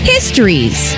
Histories